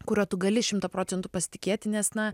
kuriuo tu gali šimta procentų pasitikėti nes na